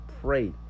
pray